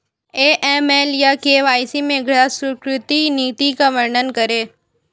AML या KYC में ग्राहक स्वीकृति नीति का वर्णन करें?